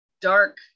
dark